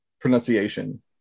pronunciation